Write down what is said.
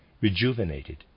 rejuvenated